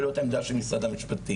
ולא את העמדה של משרד המשפטים.